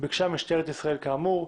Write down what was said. ביקשה משטרת ישראל כאמור,